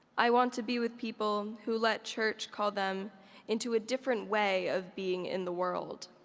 i want to be with people who let church call them into a different way of being in the world.